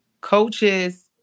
Coaches